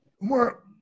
more